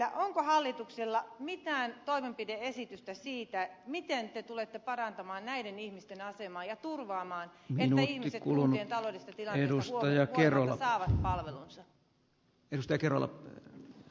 onko hallituksella mitään toimenpide esitystä siitä miten te tulette parantamaan näiden ihmisten asemaa ja turvaamaan sen että ihmiset kuntien taloudellisesta tilanteesta huolimatta saavat palvelunsa